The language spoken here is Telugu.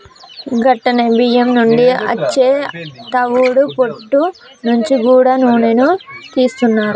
గట్లనే బియ్యం నుండి అచ్చే తవుడు పొట్టు నుంచి గూడా నూనెను తీస్తున్నారు